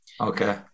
Okay